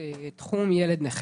תחום ילד נכה.